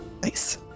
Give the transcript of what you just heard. Nice